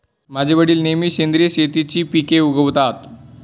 माझे वडील नेहमी सेंद्रिय शेतीची पिके उगवतात